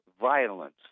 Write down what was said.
violence